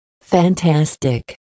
Fantastic